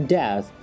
death